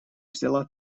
взяла